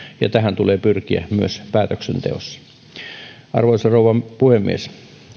ja tähän tulee pyrkiä myös päätöksenteossa arvoisa rouva puhemies